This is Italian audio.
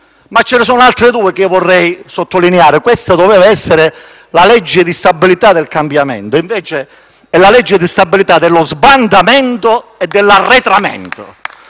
ma ce ne sono altre due che vorrei sottolineare. Questa doveva essere la legge di stabilità del cambiamento e invece è la legge di stabilità dello sbandamento e dell'arretramento.